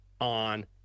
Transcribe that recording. on